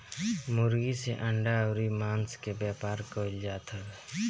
मुर्गी से अंडा अउरी मांस के व्यापार कईल जात हवे